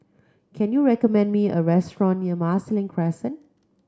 can you recommend me a restaurant near Marsiling Crescent